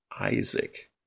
Isaac